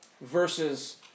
versus